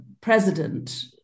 president